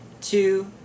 two